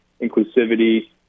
inclusivity